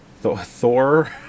Thor